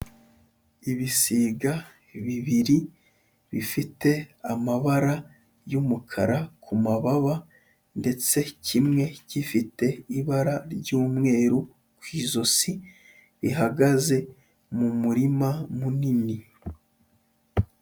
Ibisiga bibiri bifite amabara y'umukara ku mababa ndetse kimwe gifite ibara ry'umweru ku ijosi, bihagaze mu murima munini.